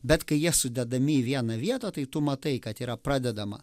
bet kai jie sudedami į vieną vietą tai tu matai kad yra pradedama